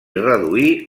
reduir